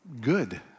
Good